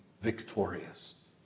victorious